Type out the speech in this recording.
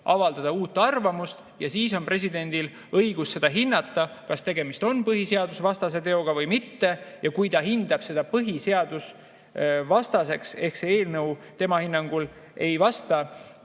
avaldada uut arvamust ja siis on presidendil õigus hinnata, kas tegemist on põhiseadusvastase teoga või mitte. Ja kui ta hindab seda põhiseadusvastaseks ehk see eelnõu tema hinnangul ei vasta